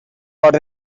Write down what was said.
got